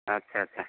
ଆଚ୍ଛା ଆଚ୍ଛା